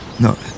no